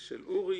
התשע"ח-2018 אושרו.